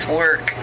work